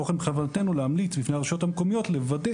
כמו כן בכוונתנו להמליץ בפני הרשויות המקומיות לוודא